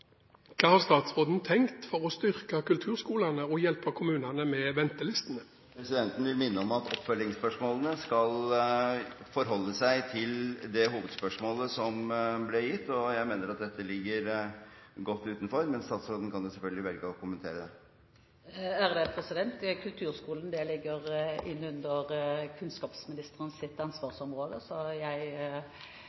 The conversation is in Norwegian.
Hva har statsråden tenkt å gjøre for å styrke kulturskolene og hjelpe kommunene med ventelistene? Presidenten vil minne om at oppfølgingsspørsmålene skal forholde seg til det hovedspørsmålet som ble stilt, og mener at dette ligger godt utenfor. Men statsråden kan selvfølgelig velge å kommentere det.